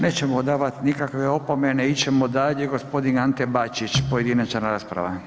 Nećemo davati nikakve opomene, ići ćemo dalje gospodin Ante Bačić, pojedinačna rasprava.